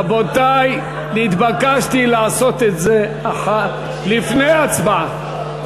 רבותי, נתבקשתי לעשות את זה לפני ההצבעה.